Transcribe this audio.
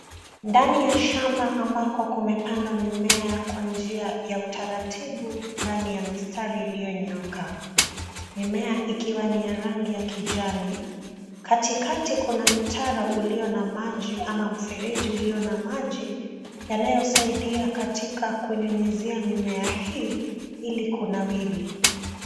Ndani ya shamba ambako kumepandwa mimea kwa njia ya utaratibu, ndani ya mistari iliyonyooka. Mimea ikiwa ni ya rangi ya kijani. Katikati kuna mtaro ulio na maji ama mfereji ulio na maji, yanayosaidia katika kunyunyizia mimea hii ili kunawiri.